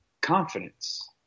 confidence